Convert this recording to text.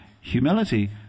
humility